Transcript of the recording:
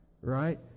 right